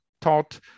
taught